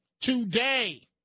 today